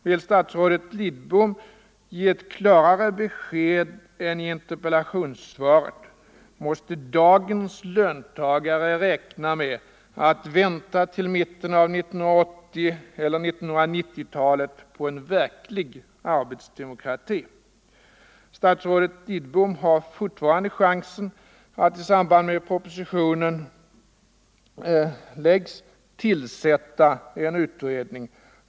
Vill statsrådet Lidbom ge ett klarare besked än i interpellationssvaret: Måste dagens löntagare räkna med att vänta till mitten av 1980-talet Nr 138 eller till 1990-talet på en verklig arbetsdemokrati? Statsrådet Lidbom har Måndagen den fortfarande chansen att i samband med att propositionen framläggs till 9 december 1974 sätta en utredning.